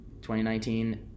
2019